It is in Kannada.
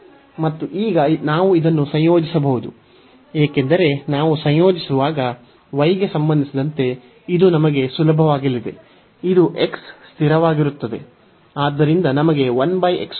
ಮತ್ತು ಈಗ ನಾವು ಇದನ್ನು ಸಂಯೋಜಿಸಬಹುದು ಏಕೆಂದರೆ ನಾವು ಸಂಯೋಜಿಸುವಾಗ y ಗೆ ಸಂಬಂಧಿಸಿದಂತೆ ಇದು ನಮಗೆ ಸುಲಭವಾಗಲಿದೆ ಇದು x ಸ್ಥಿರವಾಗಿರುತ್ತದೆ